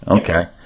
okay